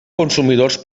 consumidors